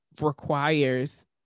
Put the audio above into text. requires